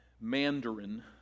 Mandarin